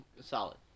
solid